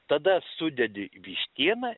tada sudedi vištieną